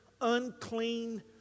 unclean